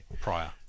prior